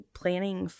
planning